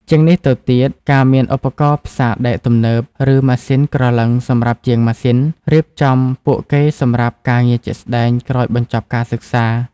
ជាងនេះទៅទៀត ការមានឧបករណ៍ផ្សារដែកទំនើប ឬម៉ាស៊ីនក្រឡឹងសម្រាប់ជាងម៉ាស៊ីន រៀបចំពួកគេសម្រាប់ការងារជាក់ស្តែងក្រោយបញ្ចប់ការសិក្សា។